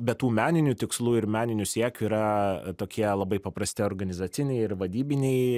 be tų meninių tikslų ir meninių siekių yra tokie labai paprasti organizaciniai ir vadybiniai